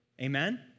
Amen